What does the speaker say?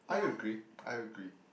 I agree I agree